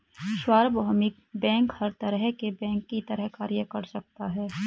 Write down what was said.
सार्वभौमिक बैंक हर तरह के बैंक की तरह कार्य कर सकता है